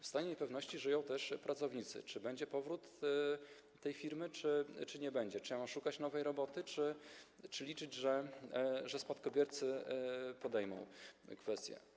W stanie niepewności żyją także pracownicy, czy będzie powrót tej firmy, czy go nie będzie, czy mają szukać nowej roboty, czy liczyć, że spadkobiercy podejmą tę kwestię.